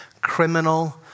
criminal